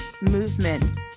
movement